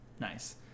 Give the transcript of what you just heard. Nice